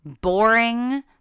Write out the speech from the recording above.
boring